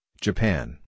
Japan